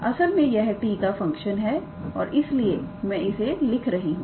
असल में यह t का फंक्शन है और इसीलिए मैं इसे f लिख रही हूं